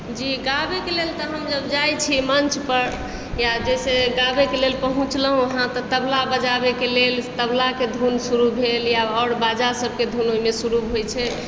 जी गाबै कऽ लेल तऽ हम जब जाइ छियै मञ्चपर या जैसे गाबैके लेल पहुँचलहुँ उहाँ तऽ तबला बजाबैके लेल तबलाके धुन शुरु भेल या आओर बाजा सभके धुन शुरु भेल